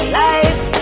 life